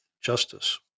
justice